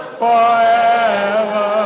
forever